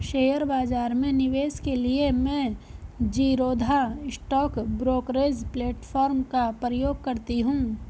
share बाजार में निवेश के लिए मैं ज़ीरोधा स्टॉक ब्रोकरेज प्लेटफार्म का प्रयोग करती हूँ